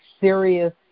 serious